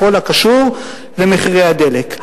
בכל הקשור למחירי הדלק.